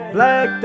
Black